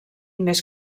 més